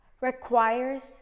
requires